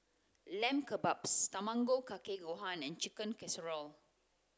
Lamb Kebabs Tamago kake gohan and Chicken Casserole